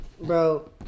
Bro